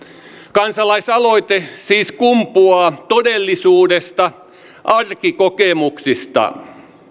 kansalaisaloite siis kumpuaa todellisuudesta arkikokemuksista